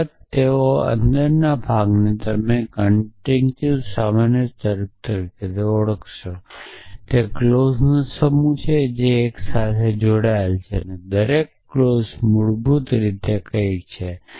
અલબત્ત તેઓ ભાગની અંદર તમે કન્જેન્ક્ટીવ સામાન્ય સ્વરૂપ તરીકે ઓળખાશો તે ક્લૉજનો સમૂહ જે એક સાથે જોડાયેલો છે અને દરેક ક્લૉજ મૂળભૂત રીતે કંઈક છે